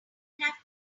have